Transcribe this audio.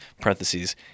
parentheses